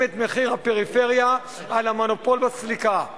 לשיפור מצבה של כלל האוכלוסייה בישראל,